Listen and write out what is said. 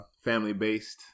family-based